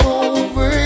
over